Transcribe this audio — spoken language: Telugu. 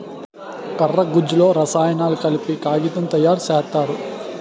కర్ర గుజ్జులో రసాయనాలు కలిపి కాగితం తయారు సేత్తారు